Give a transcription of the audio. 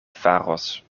faros